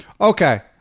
Okay